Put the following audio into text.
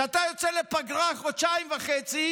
כשאתה יוצא לפגרה חודשיים וחצי,